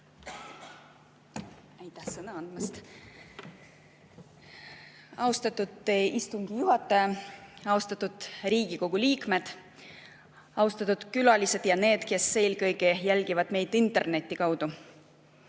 Austatud istungi juhataja! Austatud Riigikogu liikmed! Austatud külalised ja need, kes eelkõige jälgivad meid interneti kaudu!